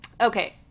okay